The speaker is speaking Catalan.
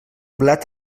blat